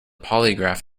polygraph